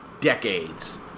decades